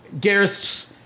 Gareth's